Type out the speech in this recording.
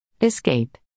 Escape